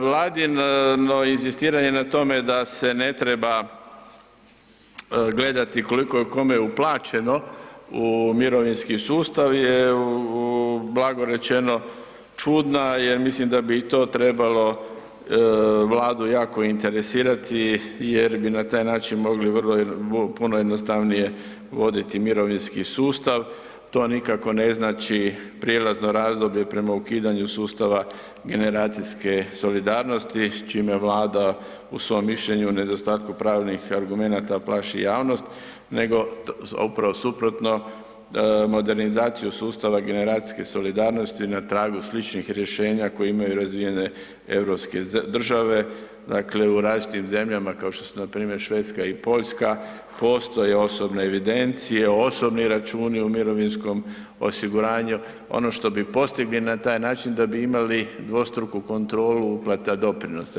Vladino inzistiranje na tome da se ne treba gledati koliko je kome uplaćeno u mirovinski sustav je blago rečeno čudna jer mislim da bi to trebalo Vladu jako interesirati jer bi na taj način mogli vrlo, puno jednostavnije voditi mirovinski sustav, to nikako ne znači prijelazno razdoblje prema ukidanju sustava generacijske solidarnosti s čime Vlada u svom mišljenju u nedostatku pravnih argumenata plaši javnost, nego upravo suprotno, modernizaciju sustava generacijske solidarnosti na tragu sličnih rješenja koja imaju razvijene europske države, dakle u različitim zemljama, kao što su npr. Švedska i Poljska postoje osobne evidencije, osobni računi u mirovinskom osiguranju, ono što bi postigli na taj način da bi imali dvostruku kontrolu uplata doprinosa.